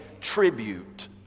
tribute